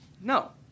no